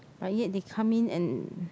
but yet they come in and